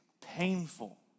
painful